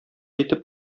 итеп